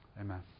Amen